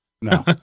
No